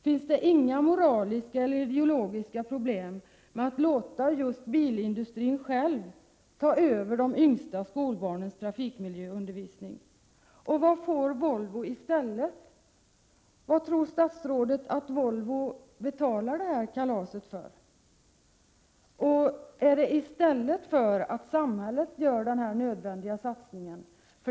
Finns det inga moraliska eller ideologiska problem med att låta just bilindustrin själv ta över de yngsta skolbarnens trafikmiljöundervisning? Och vad får Volvo i stället? Varför tror statsrådet att Volvo betalar det här kalaset? Är det i stället för att samhället gör denna nödvändiga satsning?